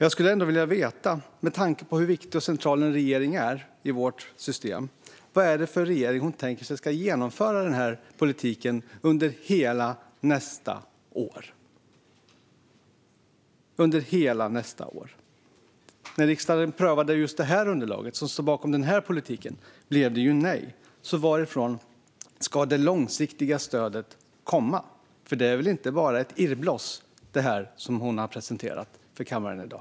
Jag skulle ändå vilja veta, med tanke på hur viktig och central en regering är i vårt system, vad det är för regering hon tänker sig ska genomföra denna politik under hela nästa år. När riksdagen prövade just det underlag som står bakom den politiken blev det ju nej. Varifrån ska det långsiktiga stödet komma? Det är väl inte bara ett irrbloss som hon har presenterat för kammaren i dag?